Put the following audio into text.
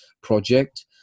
project